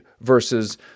versus